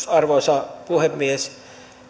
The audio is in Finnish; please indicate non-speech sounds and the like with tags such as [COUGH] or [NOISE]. [UNINTELLIGIBLE] arvoisa puhemies